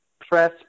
press